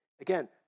again